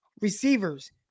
receivers